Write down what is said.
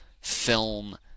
film